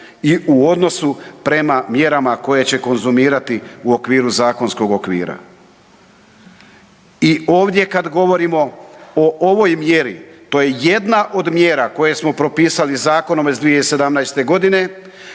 i u odnosu prema mjerama koje će konzumirati u okviru zakonskog okvira. I ovdje kad govorimo o ovoj mjeri to je jedna od mjera koje smo propisali zakonom iz 2017. godine